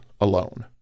alone